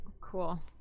Cool